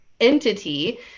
entity